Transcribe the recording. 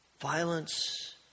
violence